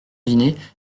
dîner